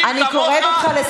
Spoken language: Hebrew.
בבקשה ממך.